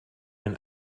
ein